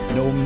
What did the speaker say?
no